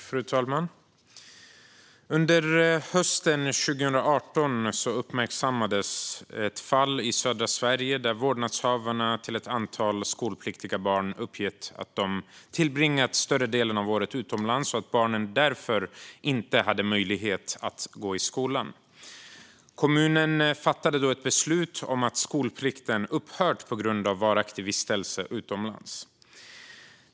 Fru talman! Under hösten 2018 uppmärksammades ett fall i södra Sverige, där vårdnadshavarna till ett antal skolpliktiga barn uppgett att de tillbringat större delen av året utomlands och att barnen därför inte hade möjlighet att gå i skolan. Kommunen fattade då ett beslut om att skolplikten upphört på grund av varaktig vistelse utomlands.